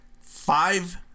Five